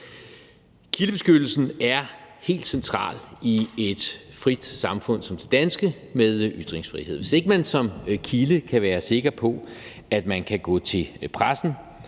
Kildebeskyttelsen er helt central i et frit samfund som det danske med ytringsfrihed. Hvis ikke man som kilde kan være sikker på, at man kan gå til pressen